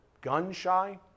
gun-shy